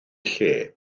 lle